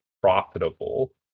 profitable